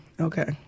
Okay